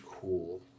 cool